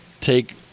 take